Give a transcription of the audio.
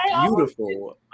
beautiful